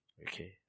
Okay